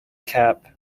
cap